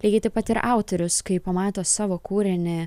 lygiai taip pat ir autorius kai pamato savo kūrinį